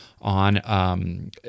on